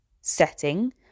setting